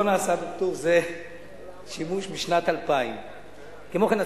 לא נעשה בפטור זה שימוש משנת 2000. כמו כן,